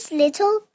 little